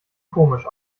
komisch